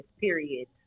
period